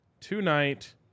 tonight